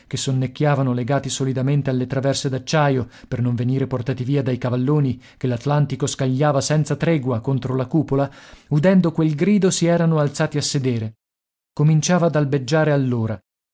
sonnecchiavano legati solidamente alle traverse d'acciaio per non venire portati via dai cavalloni che l'atlantico scagliava senza tregua contro la cupola udendo quel grido si erano alzati a sedere cominciava ad albeggiare allora